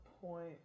point